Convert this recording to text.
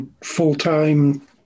full-time